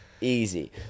Easy